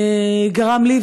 גרם לי,